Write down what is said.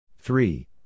Three